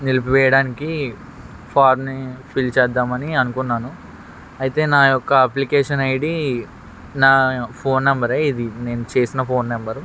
నిలిపి వేయడానికి ఫార్మ్ని ఫిల్ చేద్దామని అనుకున్నాను అయితే నా యొక్క అప్లికేషన్ ఐడీ నా ఫోన్ నెంబరే ఇది నేను చేసిన ఫోన్ నెంబరు